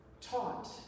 taught